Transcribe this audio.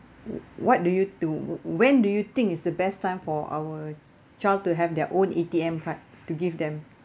w~ what do you to when do you think is the best time for our child to have their own A_T_M card to give them